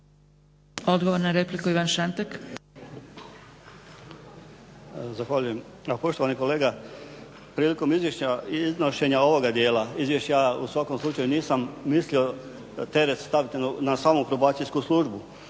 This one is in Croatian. **Šantek, Ivan (HDZ)** Zahvaljujem. Poštovani kolega, prilikom izvješća, iznošenja ovoga dijela, izvješća u svakom slučaju nisam mislio teret staviti na samu Probacijsku službu